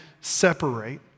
separate